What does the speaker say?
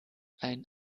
ein